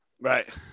Right